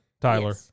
Tyler